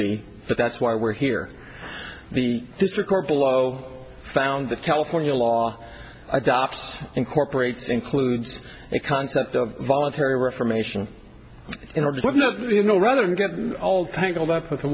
be but that's why we're here the district court below found the california law i doubt incorporates includes the concept of voluntary reformation and what not you know rather than get all tangled up with